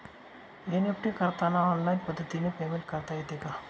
NEFT करताना online पद्धतीने payment करता येते का?